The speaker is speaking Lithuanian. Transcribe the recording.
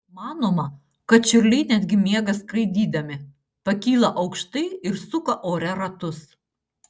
manoma kad čiurliai netgi miega skraidydami pakyla aukštai ir suka ore ratus